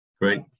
Great